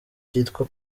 cyitwa